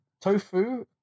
Tofu